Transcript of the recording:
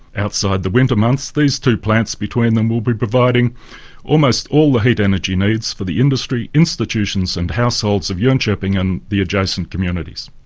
outside the winter months these two plants between them will be providing almost all the heat energy needs for the industry, institutions and households of jonkoping and adjacent communities.